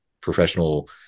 professional